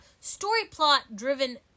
story-plot-driven